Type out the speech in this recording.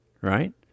right